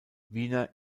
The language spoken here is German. wiener